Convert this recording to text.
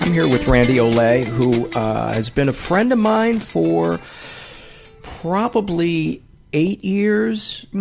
here with randy olea who has been a friend of mine for probably eight years.